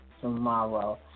tomorrow